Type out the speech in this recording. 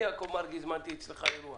אני יעקב מרגי הזמנתי אצלך אירוע